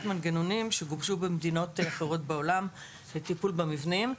מנגנונים שגובשו במדינות אחרות בעולם לטיפול במבנים.